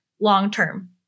long-term